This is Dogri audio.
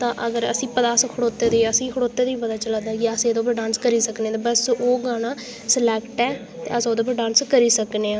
ते अगर असें ई पता अस खड़ोते दे अस खड़ोते दे ई पता चला दा की अस एह्दे पर डांस करी सकने बस ओह् गाना सलैक्ट ऐ अस ओह्दे पर डांस करी सकने आं